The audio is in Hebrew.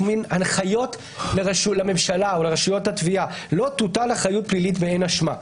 הנחיות לממשלה ולרשויות התביעה: לא תוטל אחריות פלילית באין אשמה.